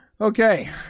Okay